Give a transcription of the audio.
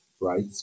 right